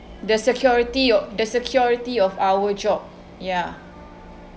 the security o~ the security of our job ya